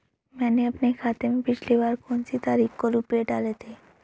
मैंने अपने खाते में पिछली बार कौनसी तारीख को रुपये डाले थे?